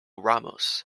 ramos